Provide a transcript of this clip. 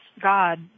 God